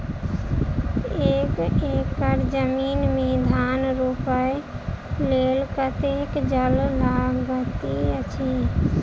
एक एकड़ जमीन मे धान रोपय लेल कतेक जल लागति अछि?